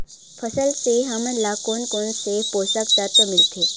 फसल से हमन ला कोन कोन से पोषक तत्व मिलथे?